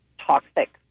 toxic